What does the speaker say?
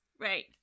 Right